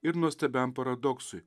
ir nuostabiam paradoksui